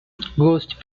ghost